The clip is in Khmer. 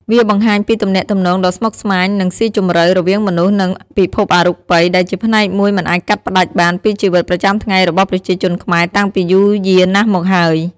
វាបង្ហាញពីទំនាក់ទំនងដ៏ស្មុគស្មាញ និងស៊ីជម្រៅរវាងមនុស្ស និងពិភពអរូបិយ ដែលជាផ្នែកមួយមិនអាចកាត់ផ្ដាច់បានពីជីវិតប្រចាំថ្ងៃរបស់ប្រជាជនខ្មែរតាំងពីយូរយារណាស់មកហើយ។